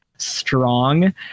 Strong